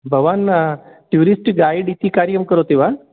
भवान् tourist guide इति कार्यं करोति वा